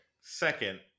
Second